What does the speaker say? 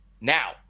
Now